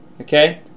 okay